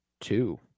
two